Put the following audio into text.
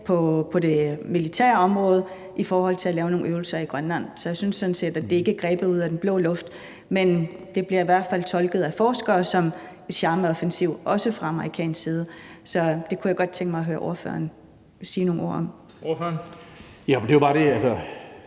på det militære område i forhold til at lave nogle øvelser i Grønland. Så jeg synes sådan set ikke, at det er grebet ud af den blå luft, men det bliver hvert fald af forskere tolket som en charmeoffensiv, også fra amerikansk side. Så det kunne jeg godt tænke mig at høre ordføreren sige nogle ord om.